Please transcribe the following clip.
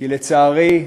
לצערי,